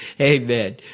Amen